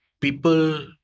People